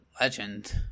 legend